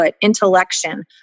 intellection